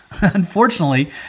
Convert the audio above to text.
unfortunately